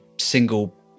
single